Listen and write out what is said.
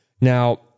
Now